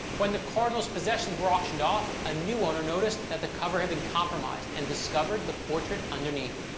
when the cardinal's possessions were auctioned off, a new owner noticed that the cover had been compromised and discovered the portrait underneath.